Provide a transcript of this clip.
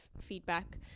feedback